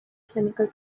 clinical